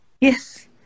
Yes